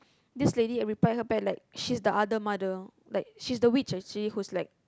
this lady replied her back like she's the other mother like she's the witch actually who's like